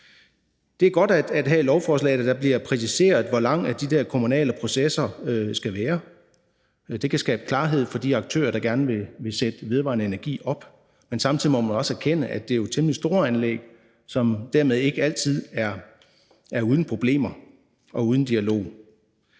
Det er godt, at der her i lovforslaget bliver præciseret, hvor lange de der kommunale processer skal være. Det kan skabe klarhed for de aktører, der gerne vil sætte vedvarende energi op. Men samtidig må man også erkende, at det jo er temmelig store anlæg, og at det dermed ikke altid er uden problemer og uden dialog.